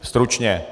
Stručně.